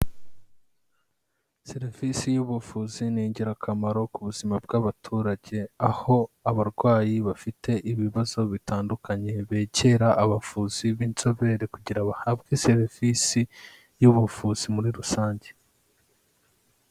Serivisi y'ubuvuzi ni ingirakamaro ku buzima bw'abaturage, aho abarwayi bafite ibibazo bitandukanye, begera abavuzi b'inzobere kugira bahabwe serivisi y'ubuvuzi muri rusange.